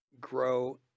grow